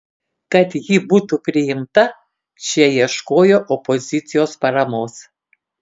kad ji būtų priimta šie ieškojo opozicijos paramos